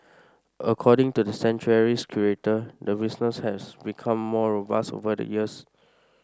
according to the sanctuary's curator the business has become more robust over the years